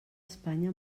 espanya